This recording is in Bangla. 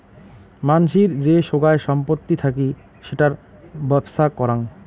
মানসির যে সোগায় সম্পত্তি থাকি সেটার বেপ্ছা করাং